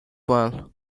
well